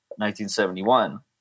1971